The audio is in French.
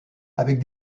avec